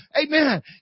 Amen